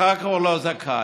אחרת הוא לא זכאי.